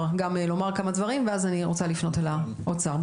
להגיד כמה מילים ואז אני רוצה לפנות אל משרד האוצר,